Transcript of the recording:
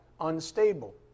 unstable